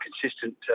consistent